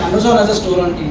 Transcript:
has has a store on